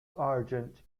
argent